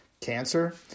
cancer